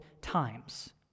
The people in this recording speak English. times